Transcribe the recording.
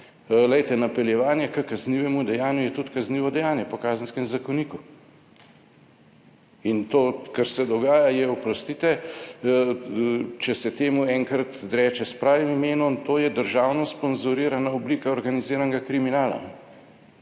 Glejte, napeljevanje k kaznivemu dejanju je tudi kaznivo dejanje po Kazenskem zakoniku in to, kar se dogaja je, oprostite, če se temu enkrat reče, s pravim imenom, to je državno sponzorirana oblika organiziranega kriminala.